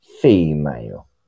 female